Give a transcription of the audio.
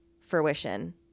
fruition